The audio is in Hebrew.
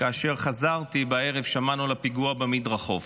וכאשר חזרתי בערב שמענו על הפיגוע במדרחוב.